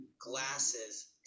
glasses